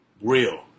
real